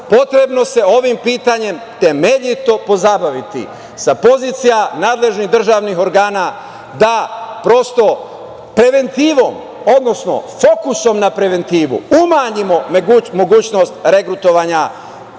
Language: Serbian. potrebno je da se ovim pitanjem temeljito pozabaviti, sa pozicija nadležnih državnih organa da prosto preventivom, odnosno fokusom na preventivu, umanjimo mogućnost regrutovanja